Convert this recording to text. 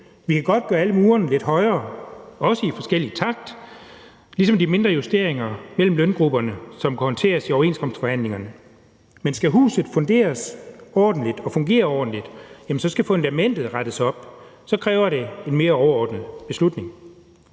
Vi kan godt gøre alle murene lidt højere, også i forskellig takt, ligesom de mindre justeringer mellem løngrupperne, som kan håndteres i overenskomstforhandlingerne, men skal huset funderes ordentligt og fungere ordentligt, skal fundamentet rettes op, og så kræver det en mere overordnet beslutning.